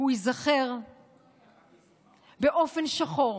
הוא ייזכר באופן שחור